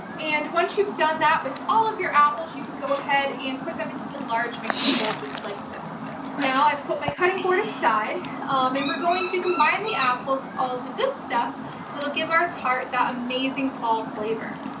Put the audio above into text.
and once you've done that with all of your apples, you can go ahead and put them into a large mixing bowl just like this one. now i've put my cutting board aside and i mean we're going to combine the apples with all the good stuff that'll give our tart that amazing fall flavor.